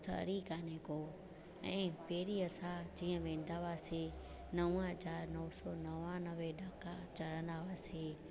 स्थल ई काने को ऐं पहिरीं असां जीअं वेंदा हुआसीं नव हज़ार नव सौ नवानवें ॾाका चढ़ंदा हुआसीं